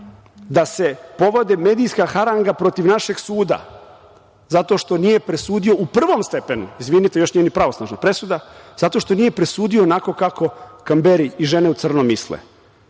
da se povede medijska haranga protiv našeg suda zato što nije presudio u prvom stepenu, izvinite, još nije ni pravosnažna presuda, zato što nije presudio onako kako Kamberi i „Žene u crnom“ misle. Ko